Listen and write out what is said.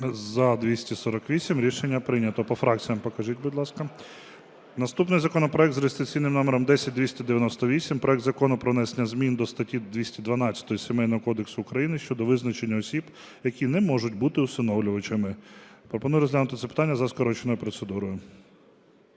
За-248 Рішення прийнято. По фракціях покажіть, будь ласка. Наступний законопроект за реєстраційним номером 10298: проект Закону про внесення змін до статті 212 Сімейного кодексу України щодо визначення осіб, які не можуть бути усиновлювачами. Пропоную розглянути це питання за скороченою процедурою.